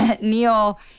Neil